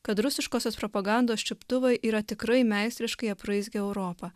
kad rusiškosios propagandos čiuptuvai yra tikrai meistriškai apraizgę europą